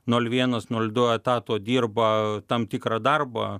nol vienos nol du etato dirba tam tikrą darbą